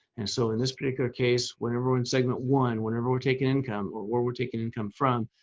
and so in this particular case, whenever we're in segment one, whenever we're taking income, or where we're taking income from,